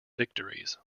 victories